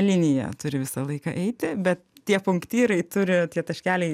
linija turi visą laiką eiti bet tie punktyrai turi tie taškeliai